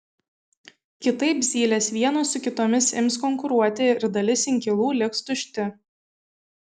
kitaip zylės vienos su kitomis ims konkuruoti ir dalis inkilų liks tušti